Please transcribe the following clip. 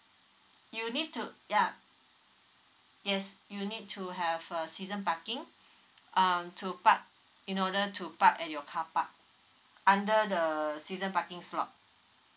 you need to yup yes you need to have a season parking um to park in order to park at your carpark under the season parking slot